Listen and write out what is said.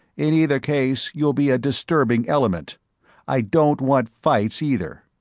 in either case you'll be a disturbing element i don't want fights, either!